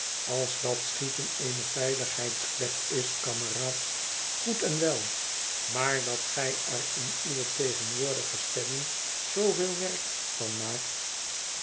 als dat schieten eene veiligheidsklep is kameraad goed en wel maar dat gij er in uwe tegenwoordige stemming zooveel werk van maakt